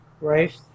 Right